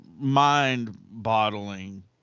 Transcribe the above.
mind-boggling